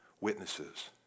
witnesses